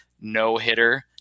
no-hitter